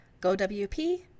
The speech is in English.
GoWP